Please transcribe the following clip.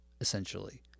essentially